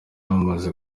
bamaze